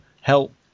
help